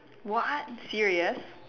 what serious